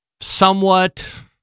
somewhat